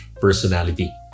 personality